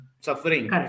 suffering